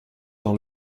dans